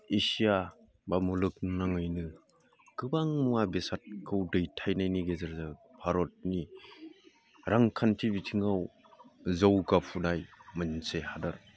Asia बा मुलुगनाङैनो गोबां मुवा बेसादखौ दैथायनायनि गेजेरजों भारतनि रांखान्थि बिथिङाव जौगाफुनाय मोनसे हादर